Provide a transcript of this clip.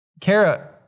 Kara